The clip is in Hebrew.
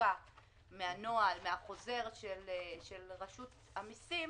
עמוקה מהנוהל, מהחוזר של רשות המיסים,